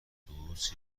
اتوبوس